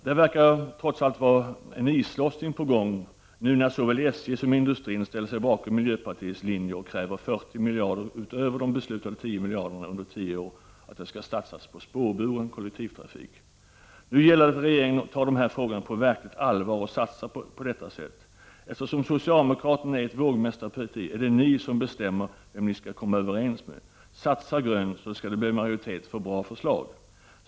Där verkar det, trots allt, vara en islossning på gång när nu såväl SJ som industrin ställer sig bakom miljöpartiets linje och kräver att 40 miljarder, utöver de beslutade 10 miljarderna, under tio år skall satsas på spårbunden kollektivtrafik. Det gäller nu att regeringen tar dessa frågor på verkligt allvar och satsar på detta sätt. Eftersom socialdemokraterna är ett vågmästarparti, är det de som bestämmer vem de skall komma överens med. Satsa grönt så skall det bli majoritet för bra förslag!